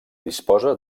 disposa